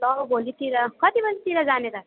ल भोलितिर कति बजेतिर जाने त